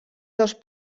dos